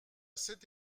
cet